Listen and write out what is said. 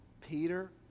Peter